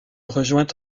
rejoint